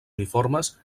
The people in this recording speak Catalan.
uniformes